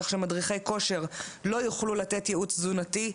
כך שמדריכי כושר לא יוכלו לתת ייעוץ תזונתי,